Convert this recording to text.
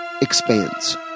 expands